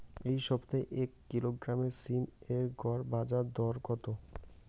এই সপ্তাহে এক কিলোগ্রাম সীম এর গড় বাজার দর কত?